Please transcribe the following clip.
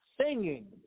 singing